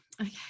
okay